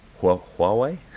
Huawei